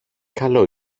καλό